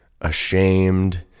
ashamed